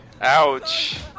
Ouch